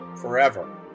forever